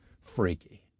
freaky